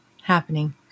happening